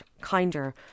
kinder